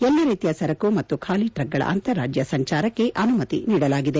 ಎಲ್ಲ ರೀತಿಯ ಸರಕು ಮತ್ತು ಖಾಲಿ ಟ್ರಕ್ಗಳ ಅಂತಾರಾಜ್ಜ ಸಂಚಾರಕ್ಕೆ ಅನುಮತಿ ನೀಡಲಾಗಿದೆ